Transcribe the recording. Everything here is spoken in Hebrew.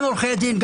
גם עורכי דין,